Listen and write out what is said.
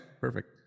perfect